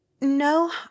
No